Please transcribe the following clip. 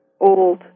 old